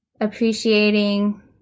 appreciating